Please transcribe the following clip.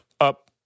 up